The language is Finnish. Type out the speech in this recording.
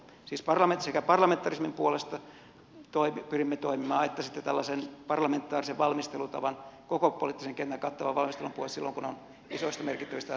siis sekä parlamentarismin puolesta että sitten tällaisen parlamentaarisen valmistelutavan koko poliittisen kentän kattavan valmistelun puolesta pyrimme toimimaan silloin kun on isoista merkittävistä asioista kysymys